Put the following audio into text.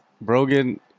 brogan